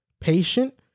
patient